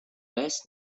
best